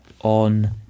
on